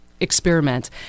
experiment